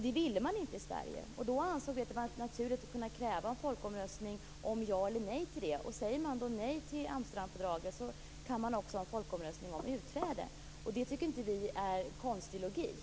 Det ville man inte i Sverige, och då ansåg vi att det var naturligt att kräva en folkomröstning om ja eller nej till det. Säger man då nej till Amsterdamfördraget så kan man också ha en folkomröstning om utträde. Det tycker inte vi är konstig logik.